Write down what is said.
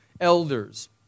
elders